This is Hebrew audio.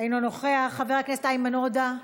אינו נוכח, חבר הכנסת איימן עודה,